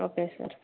okay sir